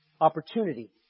opportunity